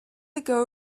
ago